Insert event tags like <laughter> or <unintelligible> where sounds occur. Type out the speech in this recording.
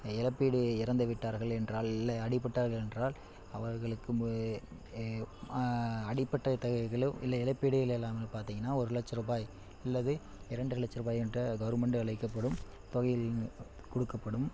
இழப்பீடு இறந்த வீட்டார்கள் என்றால் இல்லை அடிபட்டார்கள் என்றால் அவர்களுக்கு அடிப்பட்ட <unintelligible> இல்லை இழப்பீடுகள் எல்லாமே பார்த்தீங்கன்னா ஒரு லட்ச ரூபாய் அல்லது இரண்டு லட்ச ரூபாய் என்ற கவர்மெண்ட் அளிக்கப்படும் தொகையில் கொடுக்கப்படும்